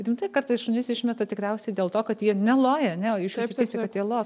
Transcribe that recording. rimtai kartais šunis išmeta tikriausiai dėl to kad jie neloja a ne o iš jų tikisi kad jie lotų